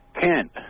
Kent